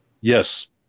Yes